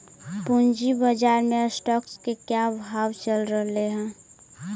पूंजी बाजार में स्टॉक्स के क्या भाव चल रहलई हे